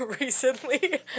recently